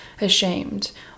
ashamed